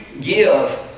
give